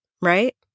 right